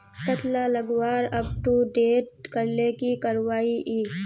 कतला लगवार अपटूडेट करले की करवा ई?